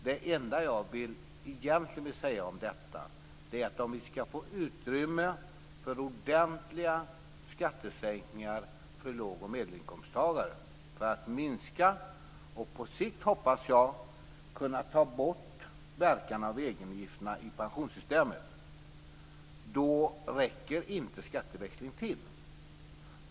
Det enda jag egentligen vill säga om detta är att om vi skall få utrymme för ordentliga skattesänkningar för låg och medelinkomsttagare för att minska och på sikt, hoppas jag, kunna ta bort verkan av egenavgifterna i pensionssystemet, räcker det inte med skatteväxling.